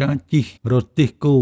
ការជិះរទេះគោ